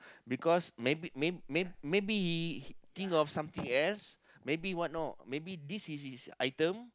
because maybe may may maybe he think of something else maybe what know maybe this is his item